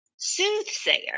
soothsayer